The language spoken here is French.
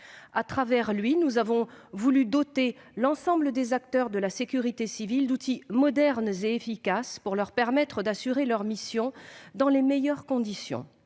Avec ce texte, nous avons voulu doter l'ensemble des acteurs de la sécurité civile d'outils modernes et efficaces pour leur permettre d'assurer leurs missions dans les meilleures conditions.